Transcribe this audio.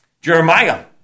Jeremiah